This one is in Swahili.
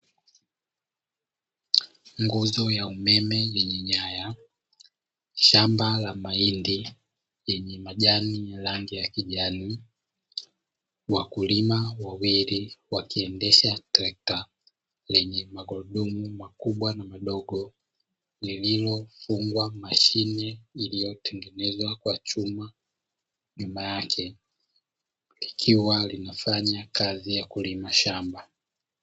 Nguzo ya umeme yenye nyaya. Shambala mahindi lenye majani rangi ya kijani. Wakulima wawili wakiendesha trekta lenye magurudmu makubwa na madogo lililofingwa mashine iliyotengenezwa kwa chuma nyuma yake, likiwa linafanya kasi ya kulima shamba.